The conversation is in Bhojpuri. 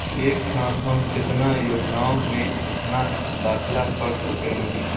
एक साथ हम केतना योजनाओ में अपना दाखिला कर सकेनी?